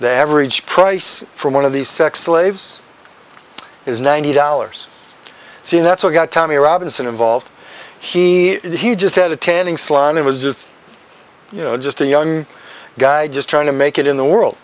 the average price for one of these sex slaves is ninety dollars so that's what got tommy robinson involved he he just had a tanning salon it was just you know just a young guy just trying to make it in the world